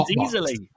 easily